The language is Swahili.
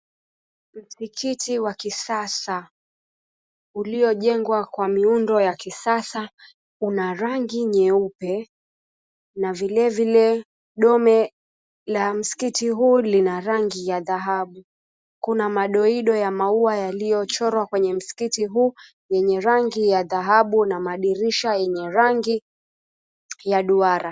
Msikiti wa kisasa uliojengwa kwa miundo ya kisasa una rangi nyeupe na vilevile dome la msikiti huu lina rangi ya dhahabu. Kuna madoido ya maua yaliochorwa kwenye msikiti huu wenye rangi ya dhahabu na madirisha yenye rangi ya duara.